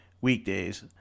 weekdays